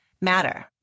matter